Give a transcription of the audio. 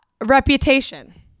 reputation